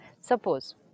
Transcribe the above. Suppose